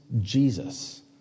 Jesus